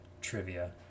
trivia